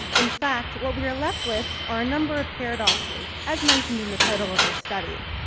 in fact, what we are left with are a number of paradoxes, as mentioned in the title of our study.